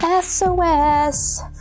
sos